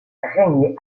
renier